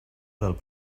dels